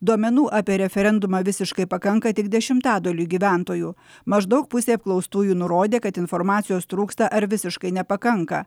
duomenų apie referendumą visiškai pakanka tik dešimtadaliui gyventojų maždaug pusė apklaustųjų nurodė kad informacijos trūksta ar visiškai nepakanka